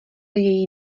její